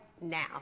now